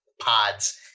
pods